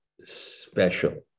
special